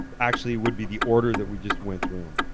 actually, would be the order that we just went through um